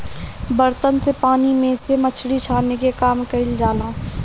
बर्तन से पानी में से मछरी छाने के काम कईल जाला